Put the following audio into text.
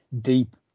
deep